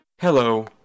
Hello